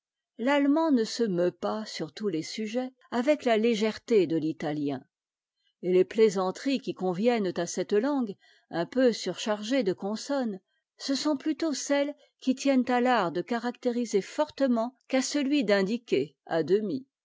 l'allemand ne se meut pas sur tous les sujets avec la légèreté de l'italien et les plaisanteries qui conviennent à cette langue un peu surchargée de consonnes ce sont plutôt celles qui tiennent à l'art de caractériser fortement qu'à celui d'indiquer à demi